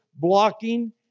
blocking